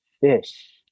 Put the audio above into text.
fish